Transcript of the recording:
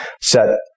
set